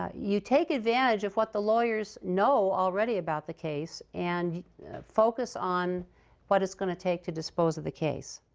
ah you take advantage of what the lawyers know already about the case and focus on what it's going to take to dispose of the case.